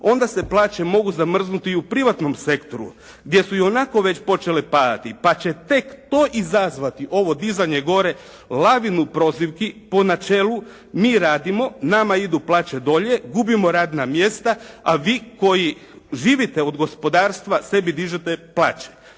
onda se plaće mogu zamrznuti i u privatnom sektoru gdje su ionako već počele padati pa će tek to izazvati ovo dizanje gore lavinu prozivki po načelu: Mi radimo, nama idu plaće dolje, gubimo radna mjesta a vi koji živite od gospodarstva sebi dižete plaće.